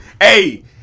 Hey